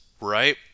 right